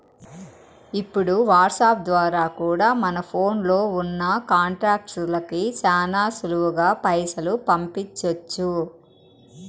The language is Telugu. ఇప్పుడు వాట్సాప్ ద్వారా కూడా మన ఫోన్లో ఉన్నా కాంటాక్ట్స్ లకి శానా సులువుగా పైసలు పంపించొచ్చు